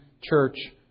church